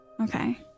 Okay